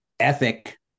Ethic